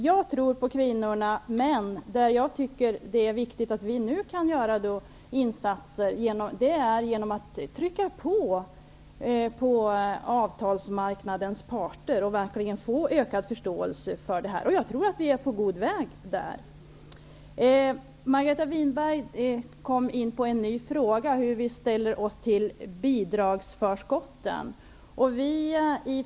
Jag tror på kvinnorna, men jag tycker att vi nu kan göra viktiga insatser genom att trycka på inför avtalsmarknadens parter och verkligen få ökad förståelse för våra krav. Och jag tycker att vi är på god väg därvidlag. Margareta Winberg kom in på en ny fråga -- hur vi ställer oss till bidragsförskotten.